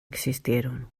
existieron